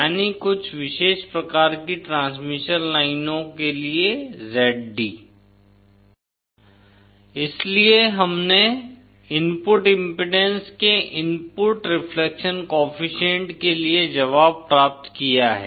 यानी कुछ विशेष प्रकार की ट्रांसमिशन लाइनों के लिए Zd इसलिए हमने इनपुट इम्पीडेन्स के इनपुट रिफ्लेक्शन कोएफ़िशिएंट के लिए जवाब प्राप्त किया है